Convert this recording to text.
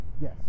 Yes